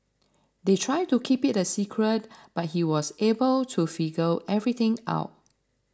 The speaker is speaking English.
they tried to keep it a secret but he was able to figure everything out